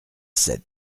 sept